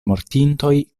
mortintoj